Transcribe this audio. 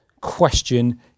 question